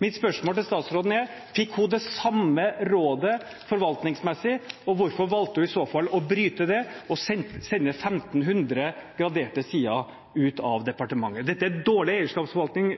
Mitt spørsmål til statsråden er: Fikk hun det samme rådet, forvaltningsmessig? Hvorfor valgte hun i så fall å bryte det, og sende 1 500 graderte sider ut av departementet? Dette er dårlig eierskapsforvaltning.